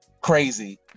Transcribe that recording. crazy